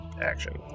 action